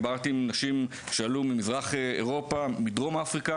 דיברתי עם נשים שעלו ממזרח אירופה ומדרום אפריקה,